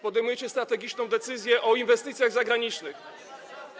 Podejmujecie strategiczną decyzję o inwestycjach zagranicznych.